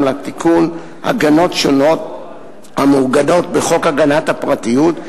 לתיקון הגנות שונות המעוגנות בחוק הגנת הפרטיות,